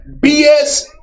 BS